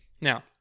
Now